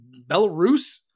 Belarus